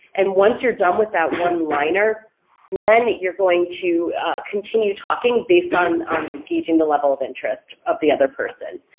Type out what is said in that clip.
and once you're done with that one-liner, then you're going to continue talking based on on gauging the level of interest of the other person.